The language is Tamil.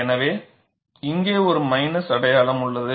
எனவே இங்கே ஒரு மைனஸ் அடையாளம் உள்ளது